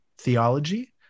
theology